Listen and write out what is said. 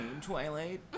Twilight